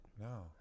No